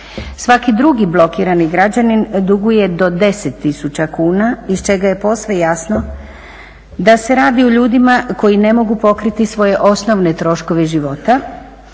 Svaki drugi blokirani građanin duguje do 10 tisuća kuna iz čega je posve jasno da se radi o ljudima koji ne mogu pokriti svoje osnove troškove iz života